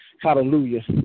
Hallelujah